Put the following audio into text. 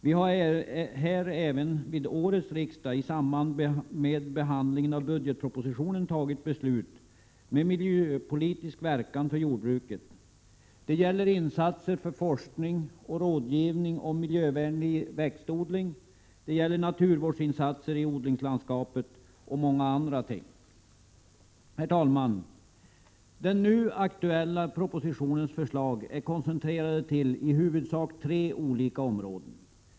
Vi har även vid årets riksmöte, i samband med behandlingen av budgetpropositionen, tagit beslut med miljöpolitisk verkan för jordbruket. Det gäller insatser för forskning och rådgivning om miljövänlig växtodling, naturvårdsinsatser i odlingslandskapet och många andra ting. Herr talman! Den nu aktuella propositionens förslag är koncentrerade till i huvudsak tre olika områden.